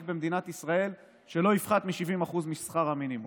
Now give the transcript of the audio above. במדינת ישראל שלא יפחת מ-70% משכר המינימום.